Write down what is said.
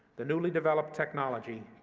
the newly developed technology,